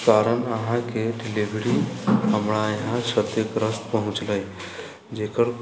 कारण अहाँके डिलेवरी हमरा यहाँ क्षतिग्रस्त पहुँचलै जकर